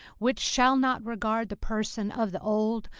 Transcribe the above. which shall not regard the person of the old,